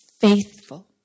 faithful